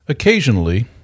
Occasionally